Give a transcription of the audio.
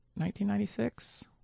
1996